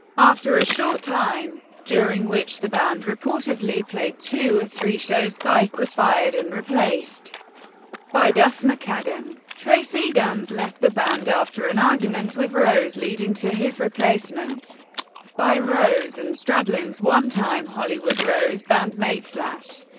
after a short time, during which the band reportedly played two or three shows, beich was fired and replaced by duff mckagan. tracii guns left the band after an argument with rose leading to his replacement by rose and stradlin's one-time hollywood rose bandmate, slash.